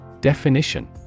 Definition